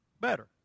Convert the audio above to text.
better